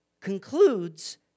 concludes